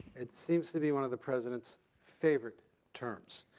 it seems to be one of the president's favorite terms,